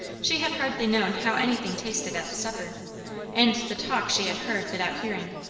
she had hardly known how anything tasted at the supper and the talk she had heard without hearing.